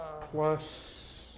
plus